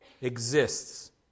exists